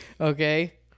okay